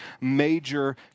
major